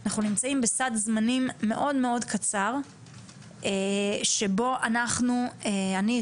אנחנו נמצאים בסד זמנים מאוד מאוד קצר שבו אני החלטתי